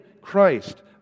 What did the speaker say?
Christ